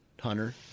hunter